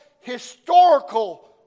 historical